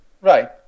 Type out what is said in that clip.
Right